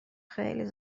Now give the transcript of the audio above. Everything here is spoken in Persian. خیلی